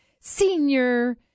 Senior